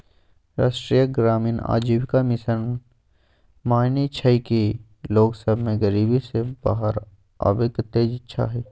राष्ट्रीय ग्रामीण आजीविका मिशन मानइ छइ कि लोग सभ में गरीबी से बाहर आबेके तेज इच्छा हइ